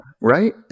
Right